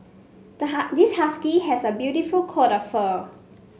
the this husky has a beautiful coat of fur